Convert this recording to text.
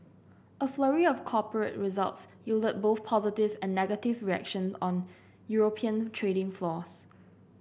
a flurry of corporate results yielded both positive and negative reaction on European trading floors